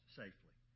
safely